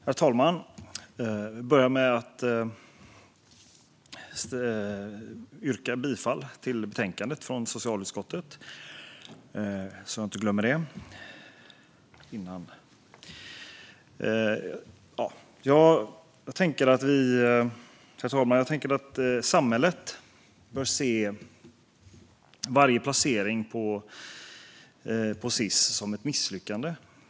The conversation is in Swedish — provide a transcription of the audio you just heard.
Herr talman! Jag vill börja med att yrka bifall till förslaget i betänkandet från socialutskottet. Herr talman! Samhället bör se varje placering på Sis som ett misslyckande.